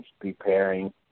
preparing